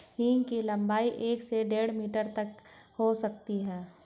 हींग की लंबाई एक से डेढ़ मीटर तक हो सकती है